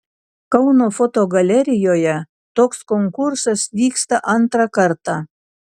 kauno fotogalerijoje toks konkursas vyksta antrą kartą